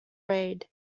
raid